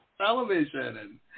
television